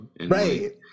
right